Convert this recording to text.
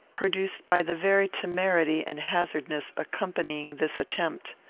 produced by the very temerity and hazardness accompanying this attempt.